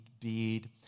bead